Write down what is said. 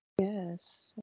yes